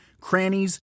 crannies